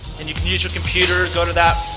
and you can use your computer. go to that